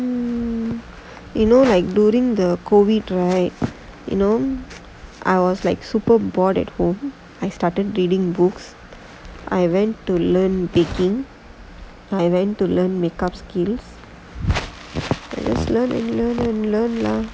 um you know like during the COVID right I was like super bored at home I started reading books I went to learn baking I went to learn makeup skills just learn learn learn lah